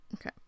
Okay